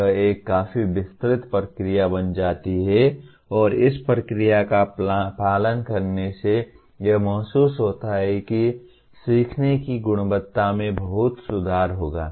तो यह एक काफी विस्तृत प्रक्रिया बन जाती है और इस प्रक्रिया का पालन करने से यह महसूस होता है कि सीखने की गुणवत्ता में बहुत सुधार होगा